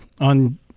on